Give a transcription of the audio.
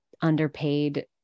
underpaid